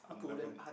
I'm loving it